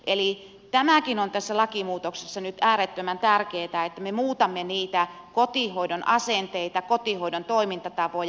eli tämäkin on tässä lakimuutoksessa nyt äärettömän tärkeää että me muutamme niitä kotihoidon asenteita kotihoidon toimintatapoja